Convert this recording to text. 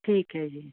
ਠੀਕ ਹੈ ਜੀ